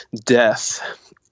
death